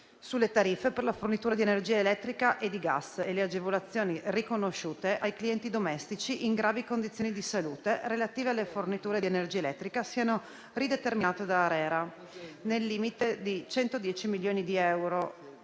sulle tariffe per la fornitura di energia elettrica e di gas e le agevolazioni riconosciute ai clienti domestici in gravi condizioni di salute relative alla fornitura di energia elettrica siano rideterminate dall'ARERA nel limite di 110 milioni di euro